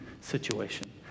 situation